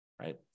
right